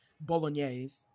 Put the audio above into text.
Bolognese